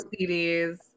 CDs